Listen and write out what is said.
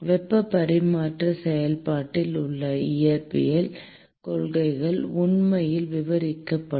வெப்ப பரிமாற்ற செயல்பாட்டில் உள்ள இயற்பியல் கொள்கைகள் உண்மையில் விவரிக்கப்படும்